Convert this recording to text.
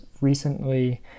recently